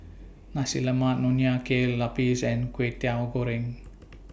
Nasi Lemak Nonya Kueh Lapis and Kwetiau Goreng